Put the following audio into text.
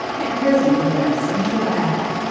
imprisoned within a single atom.